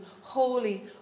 holy